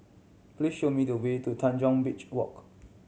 please show me the way to Tanjong Beach Walk